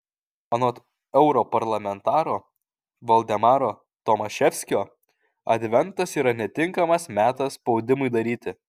anot europarlamentaro valdemaro tomaševskio adventas yra netinkamas metas spaudimui daryti